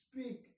Speak